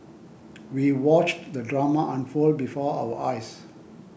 we watched the drama unfold before our eyes